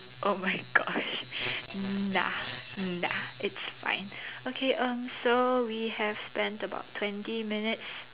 oh my gosh nah nah it's fine okay um so we have spent about twenty minutes